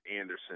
Anderson